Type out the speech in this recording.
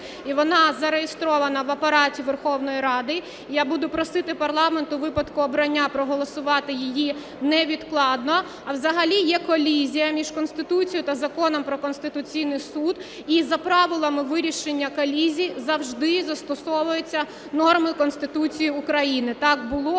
вона зареєстрована в Апараті Верховної Ради. Я буду просити парламент, у випадку обрання, проголосувати її невідкладно. А взагалі є колізія між Конституцією та Законом про Конституційний Суд. І за правилами вирішення колізій завжди застосовуються норми Конституції України. Так було.